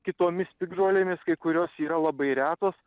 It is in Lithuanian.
kitomis piktžolėmis kai kurios yra labai retos